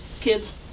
Kids